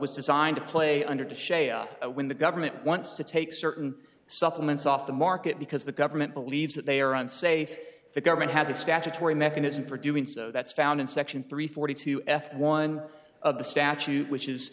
was designed to play under the shade when the government wants to take certain supplements off the market because the government believes that they are unsafe the government has a statutory mechanism for doing so that's found in section three forty two f one of the statute w